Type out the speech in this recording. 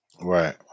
Right